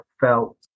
felt